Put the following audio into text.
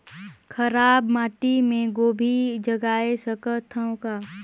खराब माटी मे गोभी जगाय सकथव का?